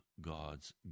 gods